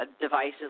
Devices